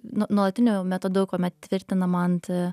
nu nuolatiniu metodu kuomet tvirtinama ant